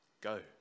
Go